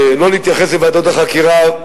לא להתייחס לוועדות החקירה,